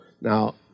Now